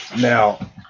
now